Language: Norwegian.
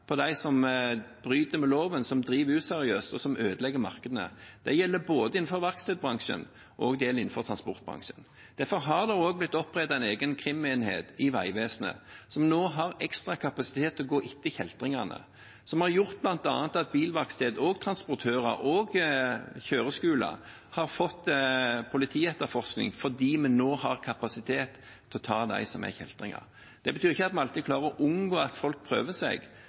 som bryter loven, som driver useriøst, og som ødelegger markedene. Det gjelder både innenfor verkstedbransjen og innenfor transportbransjen. Derfor er det også blitt opprettet en egen krimenhet i Vegvesenet, som nå har ekstra kapasitet til å gå etter kjeltringene, noe som bl.a. har gjort at bilverksteder, transportører og kjøreskoler har fått politietterforskning – fordi vi nå har kapasitet til å ta dem som er kjeltringer. Det betyr ikke at vi alltid klarer å unngå at folk prøver seg,